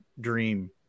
dream